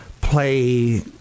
play